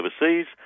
overseas